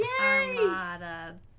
Armada